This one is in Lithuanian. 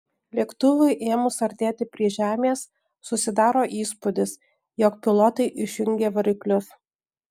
lėktuvui ėmus artėti prie žemės susidaro įspūdis jog pilotai išjungė variklius